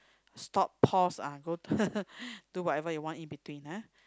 stop pause ah go do whatever you want in between ah